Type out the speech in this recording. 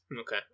Okay